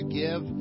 give